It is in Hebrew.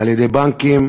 על-ידי בנקים